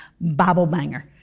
Bible-banger